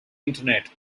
internet